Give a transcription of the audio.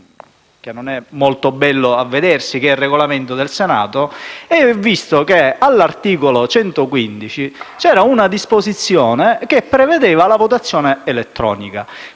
non molto bello a vedersi, che è il Regolamento del Senato, e vidi che all'articolo 115 c'era una disposizione che prevedeva la votazione elettronica.